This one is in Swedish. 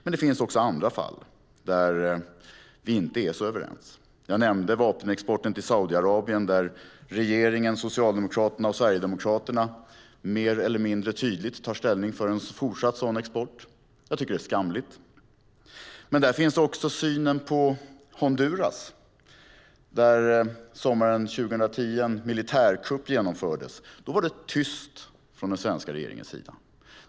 Men det finns också andra fall där vi inte är så överens. Jag nämnde vapenexporten till Saudiarabien. Regeringen, Socialdemokraterna och Sverigedemokraterna tar mer eller mindre tydligt ställning för en fortsatt sådan export. Jag tycker att det är skamligt. Men det handlar också om synen på Honduras. Sommaren 2009 genomfördes en militärkupp. Då var det tyst från den svenska regeringens sida.